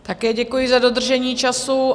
Také děkuji za dodržení času.